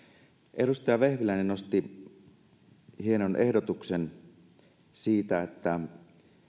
edustaja vehviläinen nosti hienon ehdotuksen siitä että